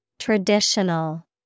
traditional